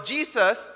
Jesus